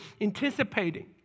anticipating